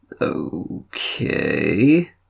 okay